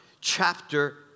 chapter